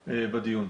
בדיון.